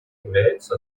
являются